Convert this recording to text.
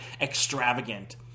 extravagant